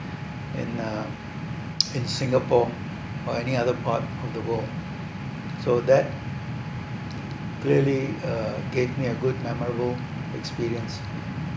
in a in singapore or any other part of the world so that clearly uh gave me a good memorable experience